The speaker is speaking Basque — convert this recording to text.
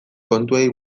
kontuei